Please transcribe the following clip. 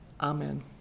Amen